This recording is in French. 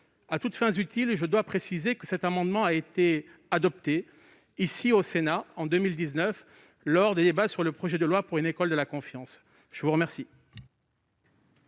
À toutes fins utiles, je dois préciser que cet amendement a été adopté au Sénat en 2019, lors des débats sur la loi pour une école de la confiance. Il me semble